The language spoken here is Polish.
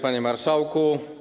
Panie Marszałku!